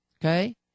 Okay